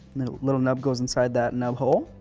little nub goes inside that nub hole,